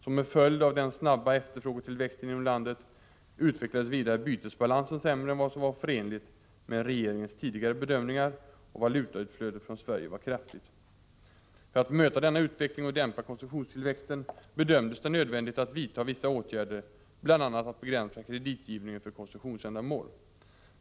Som en följd av den snabba efterfrågetillväxten inom landet utvecklades vidare bytesbalansen sämre än vad som var förenligt med regeringens tidigare bedömningar, och valutautflödet från Sverige var kraftigt. För att möta denna utveckling och dämpa konsumtionstillväxten bedömdes det nödvändigt att vidta vissa åtgärder, bl.a. att begränsa kreditgivningen för konsumtionsändamål.